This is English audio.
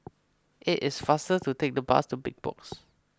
it is faster to take the bus to Big Box